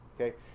Okay